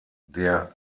der